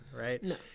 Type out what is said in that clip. right